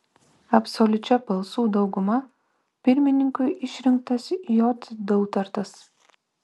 absoliučia balsų dauguma pirmininku išrinktas j dautartas